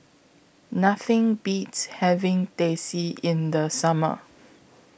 Nothing Beats having Teh C in The Summer